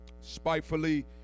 spitefully